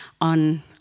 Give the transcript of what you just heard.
on